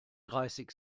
dreißig